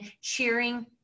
cheering